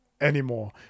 anymore